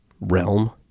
realm